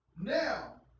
Now